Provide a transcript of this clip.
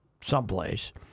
someplace